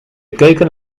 keuken